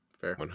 fair